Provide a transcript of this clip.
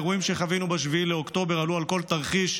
האירועים שחווינו ב-7 באוקטובר עלו על כל תרחיש,